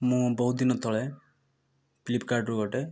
ମୁଁ ବହୁତ ଦିନ ତଳେ ଫ୍ଲିପ୍କାର୍ଟରୁ ଗୋଟେ